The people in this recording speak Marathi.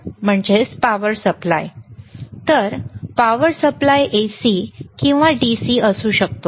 तर वीज पुरवठा AC वीज पुरवठा किंवा DC वीज पुरवठा असू शकतो